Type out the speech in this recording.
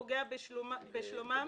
פוגע בשלומם.